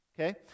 Okay